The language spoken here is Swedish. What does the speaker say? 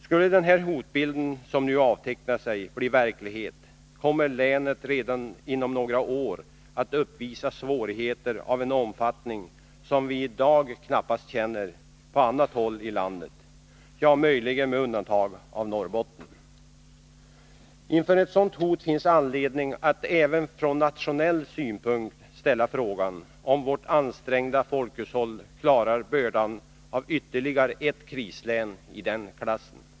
Skulle den hotbild som nu avtecknar sig bli verklighet, kommer länet redan inom några år att uppvisa svårigheter av en omfattning som vi i dag knappast känner på annat håll inom landet, möjligen med undantag av Norrbotten. Inför ett sådant hot finns anledning att även från nationell synpunkt ställa frågan om vårt ansträngda folkhushåll klarar bördan av ytterligare ett krislän i den klassen.